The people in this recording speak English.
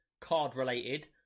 Card-related